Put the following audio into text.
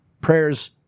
prayers